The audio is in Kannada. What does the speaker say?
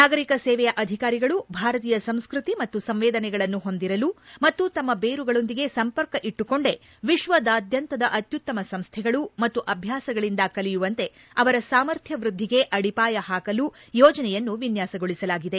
ನಾಗರಿಕ ಸೇವೆಯ ಅಧಿಕಾರಿಗಳು ಭಾರತೀಯ ಸಂಸ್ಸ್ತಿ ಮತ್ತು ಸಂವೇದನೆಗಳನ್ನು ಹೊಂದಿರಲು ಮತ್ತು ತಮ್ಮ ಬೇರುಗಳೊಂದಿಗೆ ಸಂಪರ್ಕ ಇಟ್ಟುಕೊಂಡೇ ವಿಶ್ವದಾದ್ಯಂತದ ಅತ್ಯುತ್ತಮ ಸಂಸ್ಥೆಗಳು ಮತ್ತು ಅಭ್ಯಾಸಗಳಿಂದ ಕಲಿಯುವಂತೆ ಅವರ ಸಾಮರ್ಥ್ಯ ವೃದ್ದಿಗೆ ಅಡಿಪಾಯ ಹಾಕಲು ಯೋಜನೆಯನ್ನು ವಿನ್ಯಾಸಗೊಳಿಸಲಾಗಿದೆ